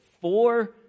four